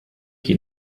chi